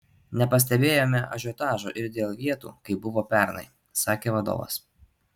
nepastebėjome ažiotažo ir dėl vietų kaip buvo pernai sakė vadovas